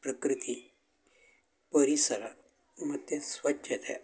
ಪ್ರಕೃತಿ ಪರಿಸರ ಮತ್ತು ಸ್ವಚ್ಚತೆ